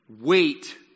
wait